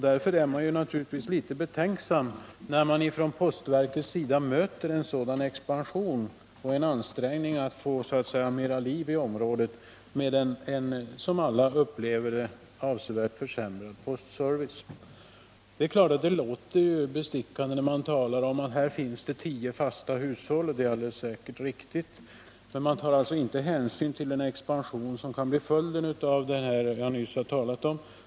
Därför blir man naturligtvis litet betänksam när man hör att postverket möter en sådan expansion och en ansträngning att så att säga få mera liv i området med en, som alla upplever det, avsevärt försämrad postservice. Det kan visserligen låta bestickande när det talas om att det där uppe i Björkliden finns tio fasta hushåll — och detta är säkert alldeles riktigt — men någon hänsyn tas alltså inte till den expansion som kan bli följden av vad jag nyss har talat om.